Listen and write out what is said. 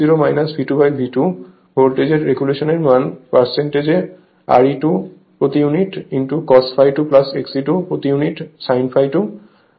তাই V2 voltage regulation এর মান পার্সেন্টেজ এ RE2 প্রতি ইউনিট Cos ∅2 XE2 প্রতি ইউনিট Sin ∅2